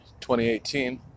2018